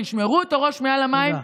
שישמרו את הראש מעל המים,